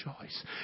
choice